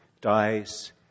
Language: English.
dies